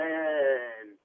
Man